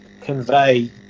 convey